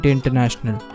International